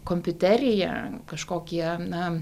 kompiuterija kažkokie na